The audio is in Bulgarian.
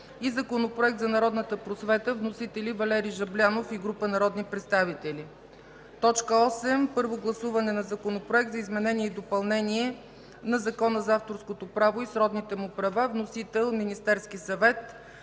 и Законопроекта за народната просвета – вносители: Валери Жаблянов и група народни представители. 8. Първо гласуване на Законопроекта за изменение и допълнение на Закона за авторското право и сродните му права. Вносител: Министерският съвет.